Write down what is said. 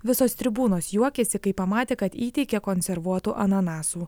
visos tribūnos juokėsi kai pamatė kad įteikia konservuotų ananasų